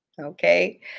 Okay